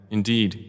Indeed